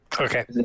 okay